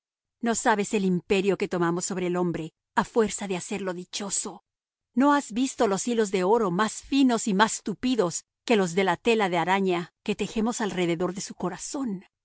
no sabes el imperio que tomamos sobre el hombre a fuerza de hacerlo dichoso no has visto los hilos de oro más finos y más tupidos que los de la tela de araña que tejemos alrededor de su corazón